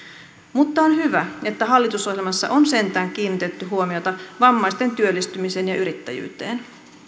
mutta on hyvä että hallitusohjelmassa on sentään kiinnitetty huomiota vammaisten työllistymiseen ja yrittäjyyteen